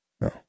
No